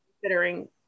considering